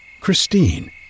Christine